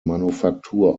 manufaktur